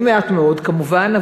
מעט מאוד כמובן,